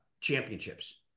championships